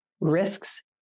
risks